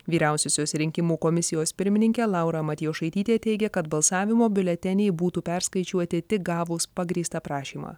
vyriausiosios rinkimų komisijos pirmininkė laura matjošaitytė teigia kad balsavimo biuleteniai būtų perskaičiuoti tik gavus pagrįstą prašymą